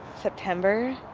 september.